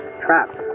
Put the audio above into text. traps